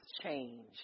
change